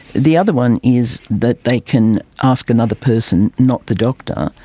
the other one is that they can ask another person, not the doctor.